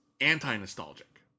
anti-nostalgic